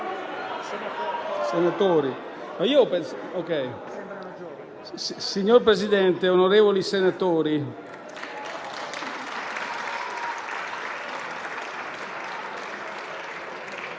Signor Presidente, onorevoli senatori,